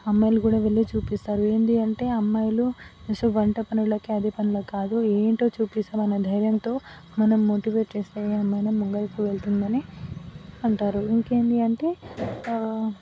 అమ్మాయిలు కూడా వెళ్ళి చూపిస్తారు ఏంటి అంటే అమ్మాయిలు సో వంట పనులకి అదే పనిలకి కాదు ఏంటో చూపిస్తాము అనే ధైర్యంతో మనం మోటివేట్ చేస్తే ఏ అమ్మాయైనా ముంగలకి వెళ్తుందని అంటారు ఇంకేంటి అంటే